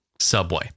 subway